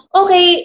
okay